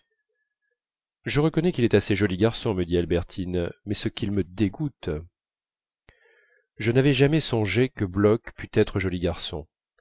je reconnais qu'il est assez joli garçon me dit albertine mais ce qu'il me dégoûte je n'avais jamais songé que bloch pût être joli garçon